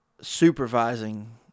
supervising